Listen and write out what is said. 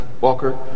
Walker